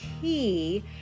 key